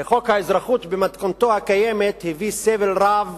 הרי חוק האזרחות במתכונתו הקיימת הביא סבל רב